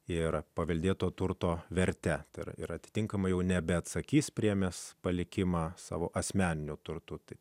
ir paveldėto turto verte per ir atitinkamai jau nebeatsakys priėmęs palikimą savo asmeniniu turtu taip